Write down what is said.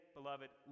beloved